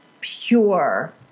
pure